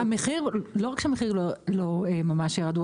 לא רק שהמחירים לא ממש ירדו,